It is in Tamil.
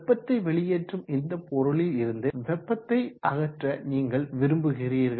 வெப்பத்தை வெளியேற்றும் இந்த பொருளில் இருந்து வெப்பத்தை அகற்ற நீங்கள் விரும்புகிறீர்கள்